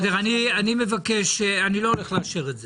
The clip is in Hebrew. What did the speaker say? אני לא הולך לאשר את זה.